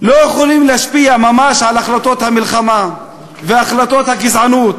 לא יכולים להשפיע ממש על החלטות המלחמה והחלטות הגזענות,